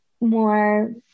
more